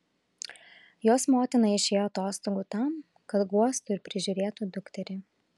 jos motina išėjo atostogų tam kad guostų ir prižiūrėtų dukterį